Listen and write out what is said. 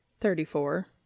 Thirty-four